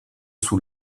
sous